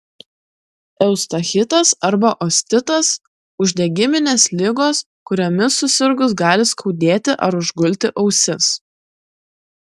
eustachitas arba ostitas uždegiminės ligos kuriomis susirgus gali skaudėti ar užgulti ausis